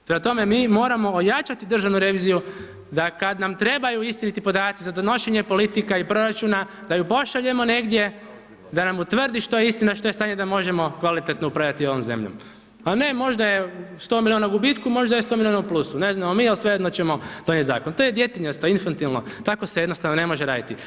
Prema tome mi moramo ojačati državnu reviziju, da kad nam trebaju istiniti podaci za donošenje politika i proračuna da ju pošaljemo negdje da nam utvrdi što je istina što je stanje da možemo kvalitetno upravljati ovom zemljom a ne možda je 100 milijuna u gubitku, možda je 100 milijuna u plusu, ne znamo mi ali svejedno ćemo donijeti zakon, to je djetinjasto, infantilno, tako se jednostavno ne može raditi.